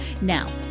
Now